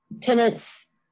tenants